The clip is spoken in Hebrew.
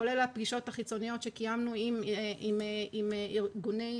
כולל הפגישות החיצוניות שקיימנו עם הורים,